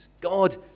God